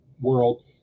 World